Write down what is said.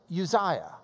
Uzziah